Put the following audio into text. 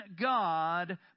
god